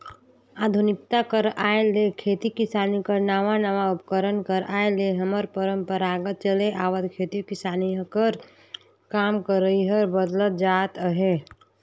आधुनिकता कर आए ले खेती किसानी कर नावा नावा उपकरन कर आए ले हमर परपरागत चले आवत खेती किसानी कर काम करई हर बदलत जात अहे